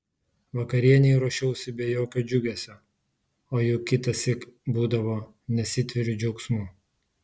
vakarienei ruošiausi be jokio džiugesio o juk kitąsyk būdavo nesitveriu džiaugsmu